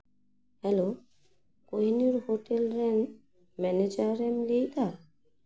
hello ᱠᱩᱭᱱᱳᱨ hotel ᱨᱮᱱ manager ᱮᱢ ᱞᱟᱹᱭᱫᱟ